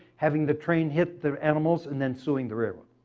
having the train hit the animals, and then suing the railroad.